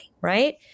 right